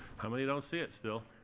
how many don't see it still?